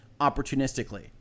opportunistically